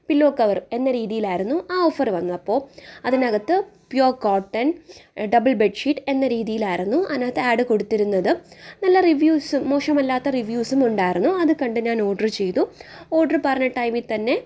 pillow cover എന്ന രീതിയിലായിരുന്നു ആ ഓഫർ വന്നത് അപ്പോൾ അതിനകത്ത് pure cotton double bed sheet എന്ന രീതിയിലായിരുന്നു അതിനകത്ത് ആഡ് കൊടുത്തിരുന്നത് നല്ല റിവ്യൂസും മോശമല്ലാത്ത റിവ്യൂസും ഉണ്ടായിരുന്നു അതു കണ്ട് ഞാൻ ഓർഡർ ചെയ്തു ഓർഡർ പറഞ്ഞ ടൈമിൽ തന്നെ